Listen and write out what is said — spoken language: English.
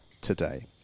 today